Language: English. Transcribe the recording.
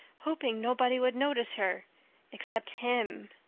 hoping nobody would notice her except him.